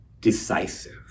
decisive